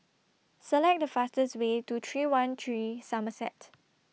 Select The fastest Way to three one three Somerset